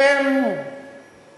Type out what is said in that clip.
זאת הבעיה.